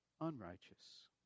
unrighteous